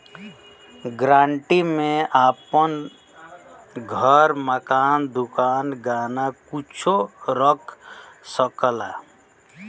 guarantee में आपन घर, मकान, दुकान, गहना कुच्छो रख सकला